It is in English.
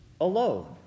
alone